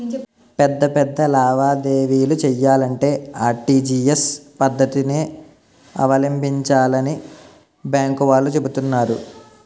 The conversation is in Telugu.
పెద్ద పెద్ద లావాదేవీలు చెయ్యాలంటే ఆర్.టి.జి.ఎస్ పద్దతినే అవలంబించాలని బాంకు వాళ్ళు చెబుతున్నారు